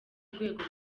rwego